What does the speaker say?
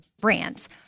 brands